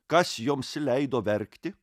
kas joms leido verkti